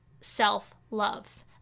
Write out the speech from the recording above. self-love